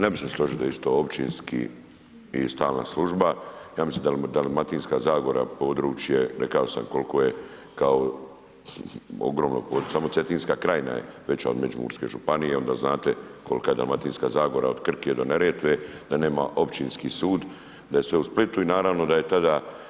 Ne bih se složio da je isto općinski i stalna služba, ja mislim da je Dalmatinska zagora područje, rekao sam koliko je, ogromno područje, samo Cetinska krajina je veća od Međimurske županije onda znate kolika je Dalmatinska zagora od Krke do Neretve, da nema općinski sud, da je sve u Splitu i naravno da je tada.